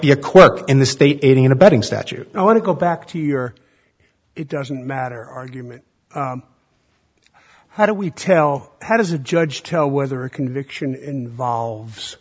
be a quirk in the state aiding and abetting statute i want to go back to your it doesn't matter argument how do we tell how does a judge tell whether a conviction volves